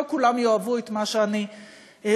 לא כולם יאהבו את מה שאני אומרת,